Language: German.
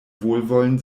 wohlwollen